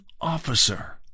officer